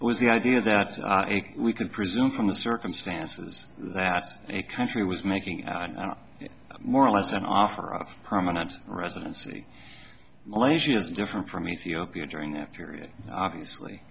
was the idea that we can presume from the circumstances that a country was making more or less an offer of a permanent residency malaysia is different from ethiopia during that period obviously